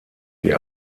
sie